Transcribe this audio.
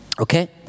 Okay